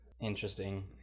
Interesting